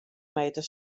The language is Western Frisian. meter